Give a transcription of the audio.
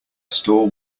store